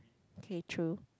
okay true